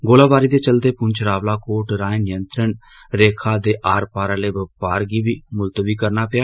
गोलाबारी दे चलदे पुछ रावलाकोट राए नियंत्रण रेखा दे आर पार आह्ले बपार बी मुलतबी करना पेआ